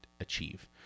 achieve